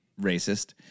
racist